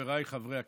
חבריי חברי הכנסת,